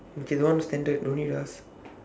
okay that one standard no need to ask